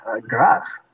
grass